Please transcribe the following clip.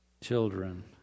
children